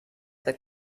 the